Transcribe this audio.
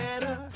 better